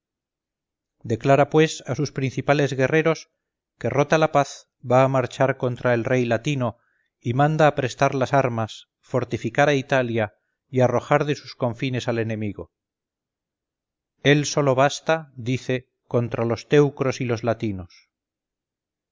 declara pues a sus principales guerreros que rota la paz va a marchar contra el rey latino y manda aprestar las armas fortificar a italia y arrojar de sus confines al enemigo él sólo basta dice contra los teucros y los latinos